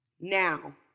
Now